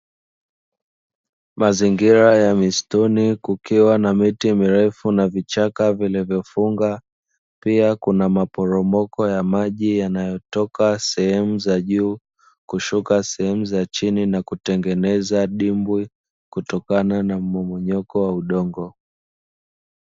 Mazingira ya misituni kukiwa na miti mirefu na vichaka vilivyofunga, pia kuna maporomoko ya maji yanayotoka sehemu za juu kushuka sehemu za chini na kutengeneza dimbwi kutokana na mmomonyoko wa udongo.